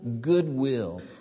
goodwill